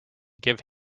give